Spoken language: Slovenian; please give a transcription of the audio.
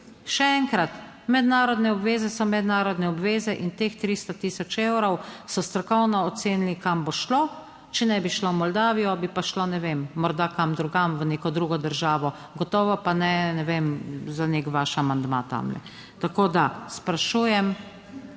Še enkrat, mednarodne obveze so mednarodne obveze in teh 300 tisoč evrov so strokovno ocenili kam bo šlo, če ne bi šlo v Moldavijo, bi pa šlo, ne vem, morda **22. TRAK: (SC) – 19.05** (nadaljevanje) kam drugam v neko drugo državo, gotovo pa ne ne vem za nek vaš amandma tamle. Tako da sprašujem...